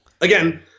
again